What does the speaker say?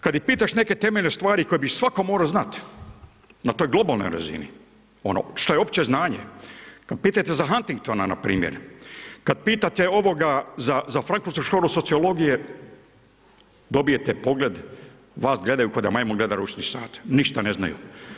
Kad ih pitaš neke temeljne stvari koje bi svatko mogao znati na toj globalnoj razini, ono što je opće znanje, kad pitate za Hanktitona npr. Kad pitate ovoga za francusku školu sociologije, dobijete pogled, vas gledaju, ko da majmun gleda ručni sat, ništa ne znaju.